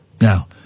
Now